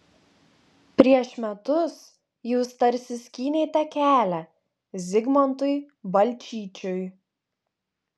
prieš metus jūs tarsi skynėte kelią zigmantui balčyčiui